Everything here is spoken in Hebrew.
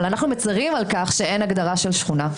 אבל אנחנו מצרים על כך שאין הגדרה של שכונה,